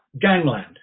Gangland